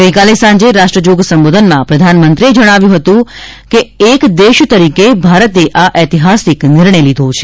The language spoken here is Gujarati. ગઇકાલે સાંજે રાષ્ટ્રજોગ સંબોધનમાં પ્રધાનમંત્રીએ જણાવ્યું હતું કે એક દેશ તરીકે ભારતે આ ઐતિહાસિક નિર્ણય લીધો છે